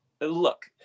Look